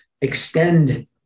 extend